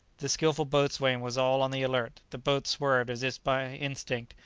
the skilful boatswain was all on the alert the boat swerved, as if by instinct,